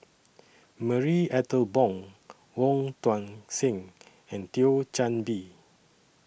Marie Ethel Bong Wong Tuang Seng and Thio Chan Bee